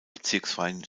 bezirksfreien